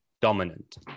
dominant